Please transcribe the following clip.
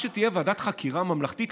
כשתהיה ועדת חקירה ממלכתית,